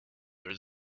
there